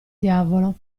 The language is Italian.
diavolo